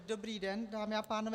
Dobrý den, dámy a pánové.